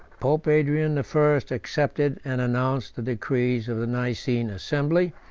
pope adrian the first accepted and announced the decrees of the nicene assembly,